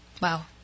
Wow